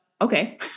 okay